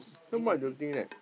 so what do you think that